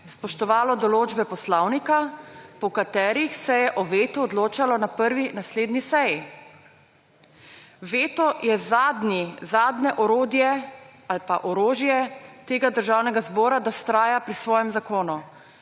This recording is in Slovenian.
spoštovalo določbe poslovnika, po katerih se je o vetu odločalo na prvi naslednji seji. Veto je zadnji, zadnje orodje ali pa orožje tega državnega zbora, da vztraja pri svojem zakonu.